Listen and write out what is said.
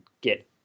get